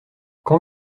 quand